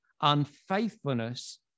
unfaithfulness